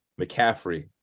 McCaffrey